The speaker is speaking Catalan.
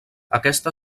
aquesta